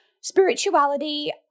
spirituality